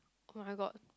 oh-my-God